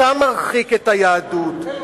אתה מרחיק את היהדות,